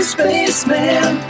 Spaceman